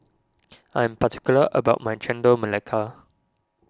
I am particular about my Chendol Melaka